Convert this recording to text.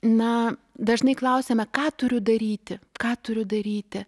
na dažnai klausiame ką turiu daryti ką turiu daryti